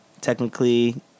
Technically